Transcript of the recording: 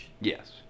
Yes